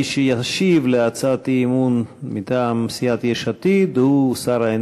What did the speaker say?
מי שישיב על הצעת האי-אמון מטעם סיעת יש עתיד הוא שר התשתיות הלאומיות,